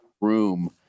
room